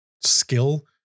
skill